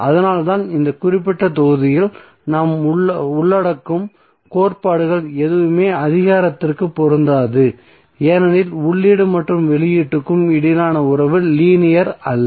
அதனால்தான் இந்த குறிப்பிட்ட தொகுதியில் நாம் உள்ளடக்கும் கோட்பாடுகள் எதுவுமே அதிகாரத்திற்கு பொருந்தாது ஏனெனில் உள்ளீடு மற்றும் வெளியீட்டுக்கு இடையிலான உறவு லீனியர் அல்ல